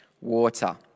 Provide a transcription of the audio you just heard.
water